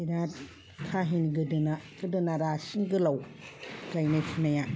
बिराद काहिनि गोदोना गोदोना रासिन गोलाव गायनाय फुनाया